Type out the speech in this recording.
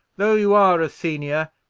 though you are a senior,